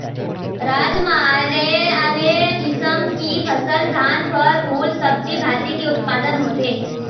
राज म आने आने किसम की फसल, धान, फर, फूल, सब्जी भाजी के उत्पादन होथे